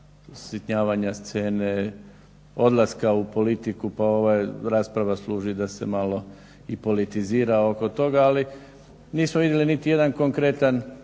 usitnjavanja scene, odlaska u politiku pa ova rasprava služi da se malo i politizira oko toga, ali nismo vidjeli niti jedan konkretan